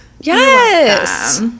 Yes